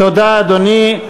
תודה, אדוני.